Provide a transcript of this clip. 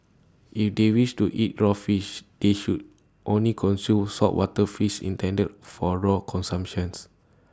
if they wish to eat raw fish they should only consume saltwater fish intended for raw consumptions